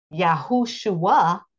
Yahushua